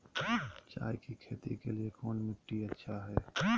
चाय की खेती के लिए कौन मिट्टी अच्छा हाय?